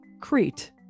Crete